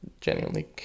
genuinely